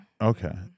Okay